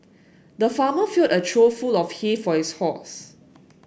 the farmer filled a trough full of hay for his horse